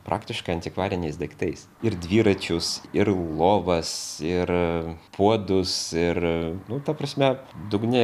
praktiškai antikvariniais daiktais ir dviračius ir lovas ir puodus ir nu ta prasme dugne